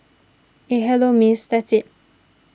eh hello Miss that's it